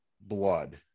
blood